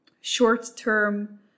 short-term